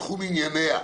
בתחום ענייניה.